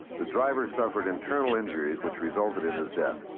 the driver suffered internal injuries which resulted in his death.